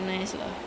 mm